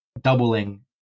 doubling